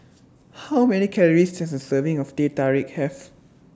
How Many Calories Does A Serving of Teh Tarik Have